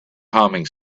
humming